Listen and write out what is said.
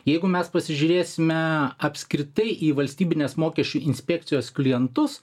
jeigu mes pasižiūrėsime apskritai į valstybinės mokesčių inspekcijos klientus